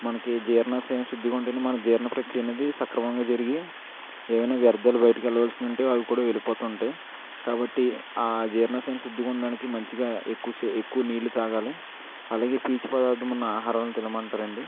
మనకి జీర్ణాశయం శుద్ధిగా ఉంటేనే మన జీర్ణ ప్రక్రియ అనేది సక్రమంగా జరిగి ఏవైనా వ్యర్ధాలు బయటికి వెళ్ళవలసినివి ఉంటే అవి కూడా వెళ్ళిపోతా ఉంటాయి కాబట్టి ఆ జీర్ణాశయం శుద్ధిగా ఉండటానికి మంచిగా ఎక్కువ సే ఎక్కవ నీళ్ళు త్రాగాలి అలాగే పీచు పదార్థం ఉన్న ఆహారం తినమంటారండి